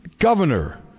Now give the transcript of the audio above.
governor